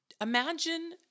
Imagine